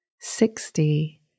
Sixty